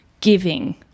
giving